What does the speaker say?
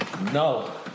No